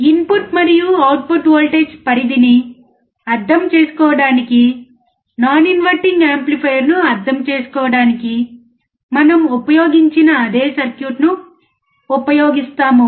input మరియు output voltage పరిధిని అర్థం చేసుకోవడానికి నాన్ ఇన్వర్టింగ్ యాంప్లిఫైయర్ను అర్థం చేసుకోవడానికి మనము ఉపయోగించిన అదే సర్క్యూట్ను ఉపయోగిస్తాము